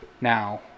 Now